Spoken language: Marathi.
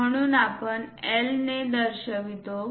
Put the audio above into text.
म्हणून आपण L ने दर्शवतो